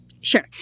Sure